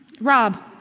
Rob